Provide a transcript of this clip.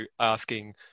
asking